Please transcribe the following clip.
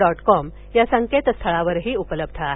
dot com या संकेतस्थळावरही उपलब्ध आहेत